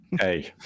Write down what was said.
hey